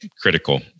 critical